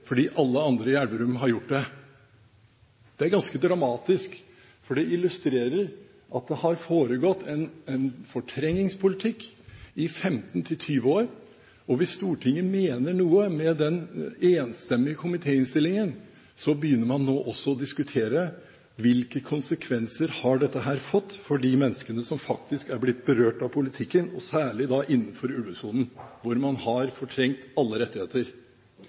fordi alle andre i Elverum har gjort det. Det er ganske dramatisk, for det illustrerer at det har foregått en fortrengningspolitikk i 15–20 år. Hvis Stortinget mener noe med den enstemmige komitémerknaden, burde man nå også begynne å diskutere: Hvilke konsekvenser har dette fått for de menneskene som faktisk er blitt berørt av politikken, og særlig da innenfor ulvesonen, hvor man har fortrengt alle rettigheter?